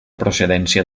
procedència